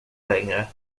längre